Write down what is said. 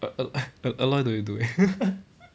a~ a~ a~ aloy don't need do eh